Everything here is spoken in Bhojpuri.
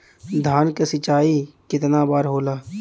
धान क सिंचाई कितना बार होला?